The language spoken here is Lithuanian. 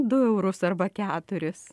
du eurus arba keturis